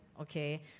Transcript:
okay